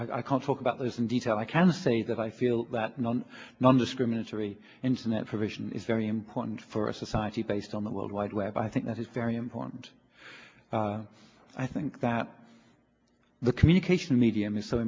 i can't talk about this in detail i can say that i feel that none nondiscriminatory internet provision is very important for a society based on the world wide web i think that is very important i think that the communication medium is so